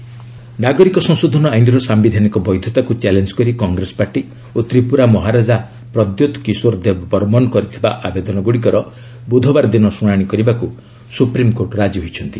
SC CAA ନାଗରିକ ସଂଶୋଧନ ଆଇନ୍ର ସାୟିଧାନିକ ବୈଧତାକୁ ଚ୍ୟାଲେଞ୍ଜ କରି କଂଗ୍ରେସ ପାର୍ଟି ଓ ତ୍ରିପୁରା ମହାରାଜା ପ୍ରଦ୍ୟୋତ କିଶୋର ଦେବ ବର୍ମନ କରିଥିବା ଆବେଦନଗୁଡ଼ିକର ବୁଧବାର ଦିନ ଶୁଣାଶି କରିବାକୁ ସୁପ୍ରିମ୍କୋର୍ଟ ରାଜି ହୋଇଛନ୍ତି